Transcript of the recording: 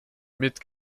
mit